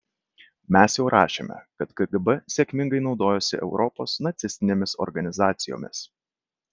mes jau rašėme kad kgb sėkmingai naudojosi europos nacistinėmis organizacijomis